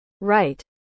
Right